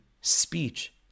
speech